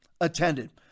attended